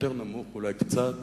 אולי קצת